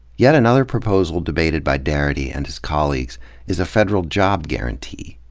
yet another proposal debated by darity and his colleagues is a federal job guarantee.